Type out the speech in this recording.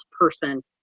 person